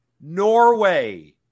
Norway